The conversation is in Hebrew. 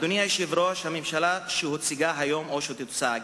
אדוני היושב-ראש, הממשלה שהוצגה היום, או שתוצג,